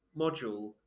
module